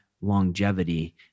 longevity